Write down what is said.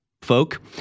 folk